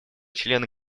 члены